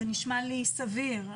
זה נשמע לי סביר.